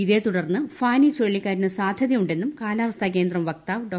ഇതേ തുടർന്ന് ഫാനി ചുഴലിക്കാറ്റിന് സാധ്യതയുണ്ടെന്നും കാലാവസ്ഥാകേന്ദ്രം വക്താവ് ഡോ